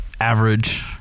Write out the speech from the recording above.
average